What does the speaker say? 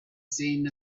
seen